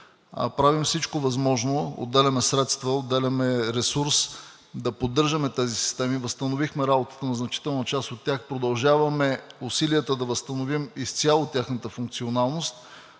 правим всичко възможно – отделяме средства, отделяме ресурс, да поддържаме тези системи. Възстановихме работата на значителна част от тях и продължаваме усилията да възстановим изцяло тяхната функционалност,